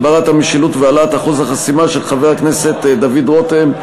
הגברת המשילות והעלאת אחוז החסימה) של חבר הכנסת דוד רותם,